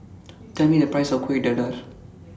Tell Me The Price of Kueh Dadar